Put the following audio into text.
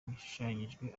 yashushanyijwe